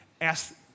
ask